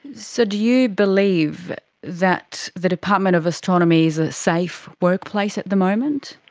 so do you believe that the department of astronomy is a safe workplace at the moment?